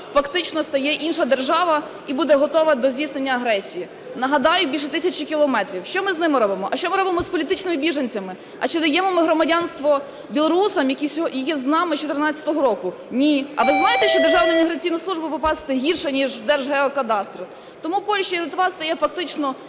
фактично стає інша держава і буде готова до здійснення агресії. Нагадаю, більше тисячі кілометрів. Що ми з ними робимо? А що ми робимо з політичними біженцями? А чи даємо ми громадянство білорусам, які з нами з 2014 року? Ні. А ви знаєте, що в Державну міграційну службу попасти гірше, ніж в Держгеокадастр? Тому Польща і Литва стають фактично